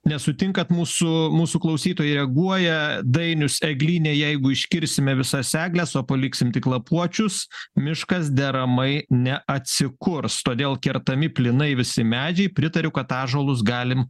nesutinkat mūsų mūsų klausytojai reaguoja dainius eglyne jeigu iškirsime visas egles o paliksim tik lapuočius miškas deramai neatsikurs todėl kertami plynai visi medžiai pritariu kad ąžuolus galim